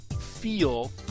feel